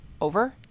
over